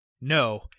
no